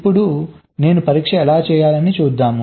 ఇప్పుడు నేను పరీక్ష ఎలా చేయాలి చూద్దాం